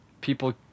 people